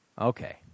Okay